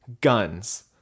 Guns